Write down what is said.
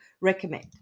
recommend